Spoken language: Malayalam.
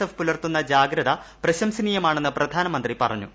എഫ് പുലർത്തുന്ന ജാഗ്രത പ്രശംസനീയമാണെന്ന് പ്രധാനമന്ത്രി പറഞ്ഞു